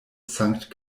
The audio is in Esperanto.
sankt